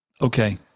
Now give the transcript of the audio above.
Okay